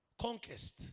Conquest